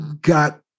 got